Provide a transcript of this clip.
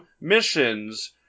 missions